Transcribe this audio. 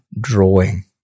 drawing